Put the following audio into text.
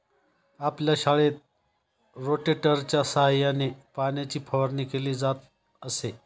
आपल्या शाळेत रोटेटरच्या सहाय्याने पाण्याची फवारणी केली जात असे